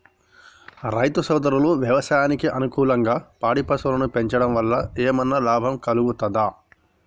రైతు సోదరులు వ్యవసాయానికి అనుకూలంగా పాడి పశువులను పెంచడం వల్ల ఏమన్నా లాభం కలుగుతదా?